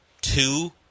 two